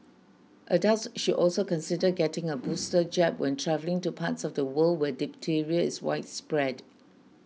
adults should also consider getting a booster jab when travelling to parts of the world where diphtheria is widespread